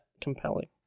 compelling